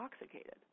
intoxicated